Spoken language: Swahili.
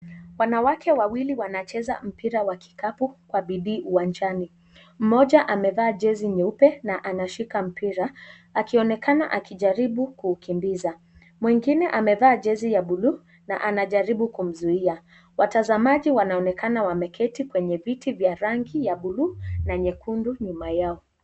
Wanawake wawili wanacneza mpira wa kikapu kwa bidii uwanjani. Mmoja amevaa jezi nyeupe na anashika mpira akionekana akijaribu kuukimbiza, mwingine amevalia jezi la buluu na anajaribu kumzuia. watazamaji wanaonekana wameketi kwenye viti vya rangi ya buluu na nyekundu nyuma yao.